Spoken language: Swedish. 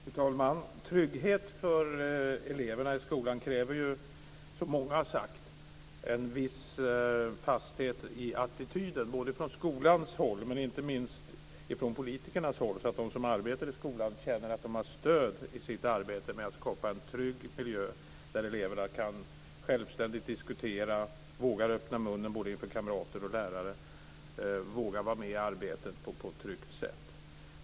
Fru talman! Trygghet för eleverna i skolan kräver ju, som många här har sagt, en viss fasthet i attityden från skolans håll men inte minst från politikernas håll. Det gör att de som arbetar i skolan känner att de har stöd i sitt arbete med att skapa en trygg miljö där eleverna kan diskutera självständigt och vågar öppna munnen inför både kamrater och lärare och tryggt vågar vara med i arbetet.